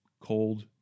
cold